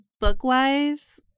book-wise